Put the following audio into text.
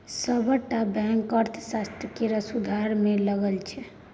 सबटा बैंक अर्थव्यवस्था केर सुधार मे लगल छै